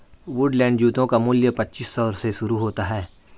Woodland जूतों का मूल्य पच्चीस सौ से शुरू होता है